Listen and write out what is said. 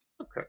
Okay